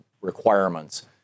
requirements